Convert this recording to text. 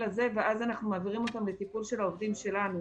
הזה בכל שעות היממה ואז אנחנו מעבירים אותם לטיפול של העובדים שלנו.